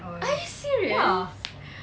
are you serious